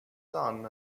sung